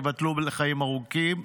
ייבדל לחיים ארוכים,